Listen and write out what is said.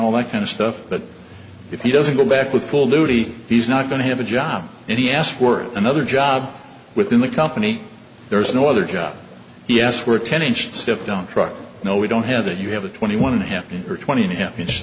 all that kind of stuff but if he doesn't go back with full duty he's not going to have a job and he asked for another job within the company there is no other job yes we're a ten inch step down truck no we don't have it you have a twenty one and a half or twenty and